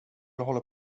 håller